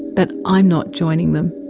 but i'm not joining them.